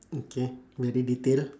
okay very detailed ah